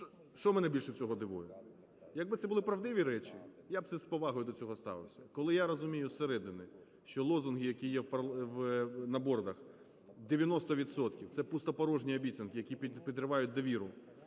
Що мене найбільше всього дивує? Якби це були правдиві речі, я б це з повагою до цього ставився. Коли я розумію зсередини, що лозунги, які є на бордах, 90 відсотків – це пустопорожні обіцянки, які підривають довіру